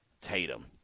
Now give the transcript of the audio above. Tatum